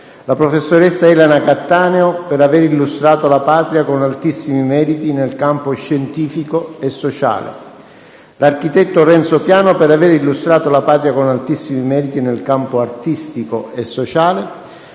la professoressa Elena Cattaneo, per aver illustrato la Patria con altissimi meriti nel campo scientifico e sociale, l'architetto Renzo Piano, per aver illustrato la Patria con altissimi meriti nel campo artistico e sociale,